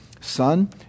Son